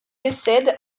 décède